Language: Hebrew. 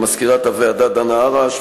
למזכירת הוועדה דנה הרש,